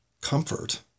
comfort